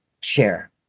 share